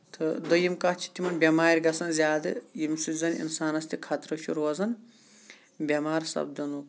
تہٕ دٔیِم کَتھ چھِ تِمن بیمارِ گژھان زیادٕ ییٚمہِ سۭتۍ زَن اِنسانَس تہِ خطرٕ چھُ روزان بیمار سَپدنُک